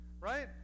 Right